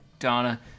Donna